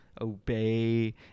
obey